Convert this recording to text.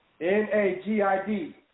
N-A-G-I-D